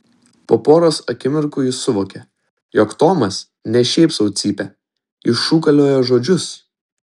po poros akimirkų jis suvokė jog tomas ne šiaip sau cypia jis šūkalioja žodžius